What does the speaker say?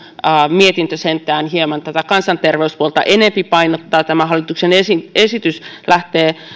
mietintö sentään hieman tätä kansanterveyspuolta enempi painottaa tämä hallituksen esitys lähtee